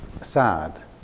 sad